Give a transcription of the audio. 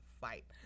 fight